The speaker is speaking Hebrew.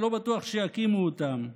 אבל לא בטוח שיקימו אותן.